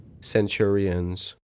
centurions